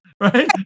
right